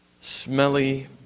smelly